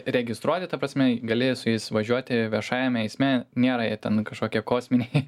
registruoti ta prasme gali su jais važiuoti viešajame eisme nėra jie ten kažkokie kosminiai